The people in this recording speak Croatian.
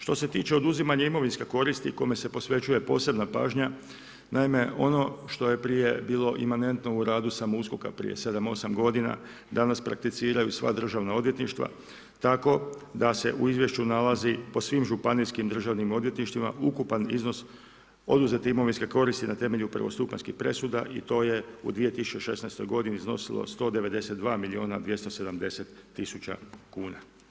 Što se tiče oduzimanja imovinske koristi, kome se posvećuje posebna pažnja, naime, ono što je prije bilo emanentno u radu samog USKOK-a prije 7, 8 g. danas, prakticiraju sva Državna odvjetništva tako da se u izvješću nalazi po svim županijskim državnim odvjetništvima, ukupan iznos oduzete imovinske koristi na temelju prvostupanjskih presuda i to je u 2016. g. iznosilo 192 milijuna 270 tisuća kuna.